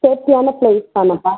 சேஃப்டியான place தானே sir